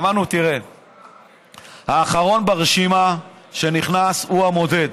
אמרנו: האחרון ברשימה שנכנס הוא המודד.